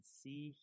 see